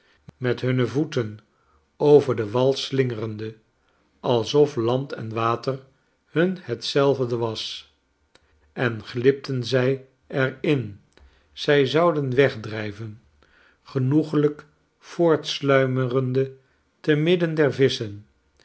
met hunne voeten over den wal slingerende alsof land en water hun hetzelfde was en glipten zij er in zij zouden wegdrijven genoeglijk voortsluimerende te midden der visschen